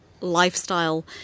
lifestyle